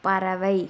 பறவை